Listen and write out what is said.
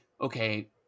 okay